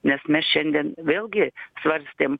nes mes šiandien vėlgi svarstėm